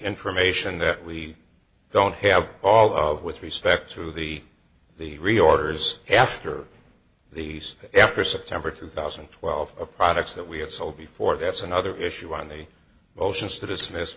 information that we don't have all of with respect to the the reorders after these after september two thousand and twelve products that we have sold before that's another issue on the motions to dismiss